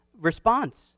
response